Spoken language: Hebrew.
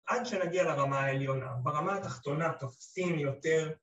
‫עד שנגיע לרמה העליונה, ‫ברמה התחתונה תופסים יותר.